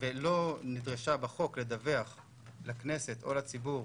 ולא נדרשה בחוק לדווח לכנסת או לציבור